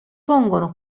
pongono